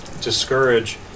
discourage